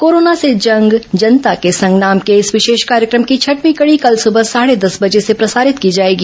corona से जंग जनता के संग नाम के इस विशेष कार्यक्रम की छठवीं कड़ी कल सुबह साढ़े देस बजे से प्रसारित की जाएगी